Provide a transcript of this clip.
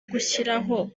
gushyiraho